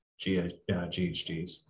GHGs